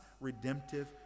redemptive